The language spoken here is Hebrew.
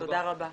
תודה רבה.